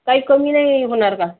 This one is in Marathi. काही कमी नाही होणार का